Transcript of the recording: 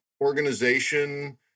organization